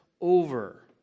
over